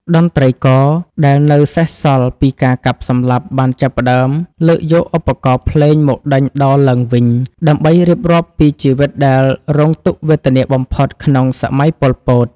តន្ត្រីករដែលនៅសេសសល់ពីការកាប់សម្លាប់ បានចាប់ផ្តើមលើកយកឧបករណ៍ភ្លេងមកដេញដោលឡើងវិញ ដើម្បីរៀបរាប់ពីជីវិតដែលរងទុក្ខវេទនាបំផុតក្នុង សម័យប៉ុលពត។